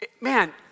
man